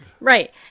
Right